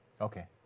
Okay